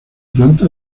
planta